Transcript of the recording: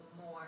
more